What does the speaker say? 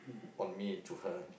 on me to her